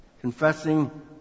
confessing